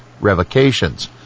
revocations